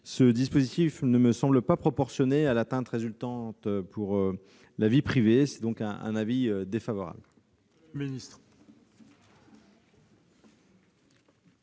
ce dispositif ne me semble pas proportionné à l'atteinte résultant pour la vie privée. En conséquence, l'avis est défavorable.